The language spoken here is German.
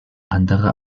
andere